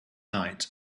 night